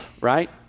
right